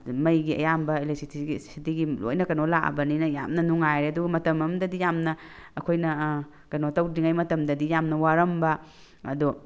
ꯃꯩꯒꯤ ꯑꯌꯥꯝꯕ ꯑꯦꯂꯦꯛꯇ꯭ꯔꯤꯁꯤꯇꯤꯒꯤ ꯂꯣꯏꯅ ꯀꯩꯅꯣ ꯂꯥꯛꯑꯕꯅꯤꯅ ꯌꯥꯝꯅ ꯅꯨꯉꯥꯏꯔꯦ ꯑꯗꯨꯒ ꯃꯇꯝ ꯑꯃꯗꯗꯤ ꯌꯥꯝꯅ ꯑꯩꯈꯣꯏꯅ ꯀꯩꯅꯣ ꯇꯧꯗ꯭ꯔꯤꯉꯩ ꯃꯇꯝꯗꯗꯤ ꯌꯥꯝꯅ ꯋꯥꯔꯝꯕ ꯑꯗꯣ